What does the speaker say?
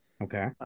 Okay